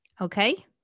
Okay